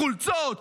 חולצות,